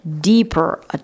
deeper